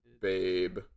babe